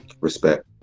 Respect